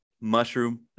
mushroom